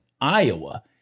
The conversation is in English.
Iowa